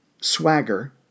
swagger